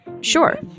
Sure